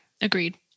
agreed